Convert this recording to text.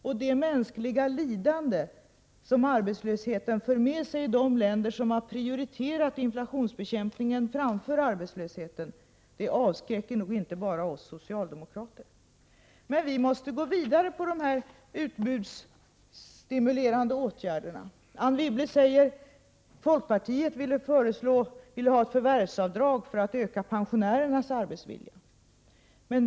Och det mänskliga lidande som arbetslösheten för med sig i de länder som har prioriterat inflationsbekämpningen framför kamp mot arbetslösheten avskräcker nog inte bara oss socialdemokrater. s Men vi måste gå vidare med de utbudsstimulerande åtgärderna. Anne Wibble säger att folkpartiet ville ha förvärvsavdrag för att öka pensionärernas arbetsvilja.